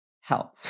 help